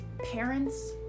Parents